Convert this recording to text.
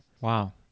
Wow